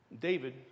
David